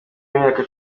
w’imyaka